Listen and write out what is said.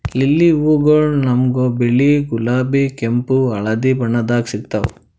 lily ಹೂವಗೊಳ್ ನಮ್ಗ್ ಬಿಳಿ, ಗುಲಾಬಿ, ಕೆಂಪ್, ಹಳದಿ ಬಣ್ಣದಾಗ್ ಸಿಗ್ತಾವ್